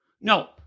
No